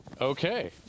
Okay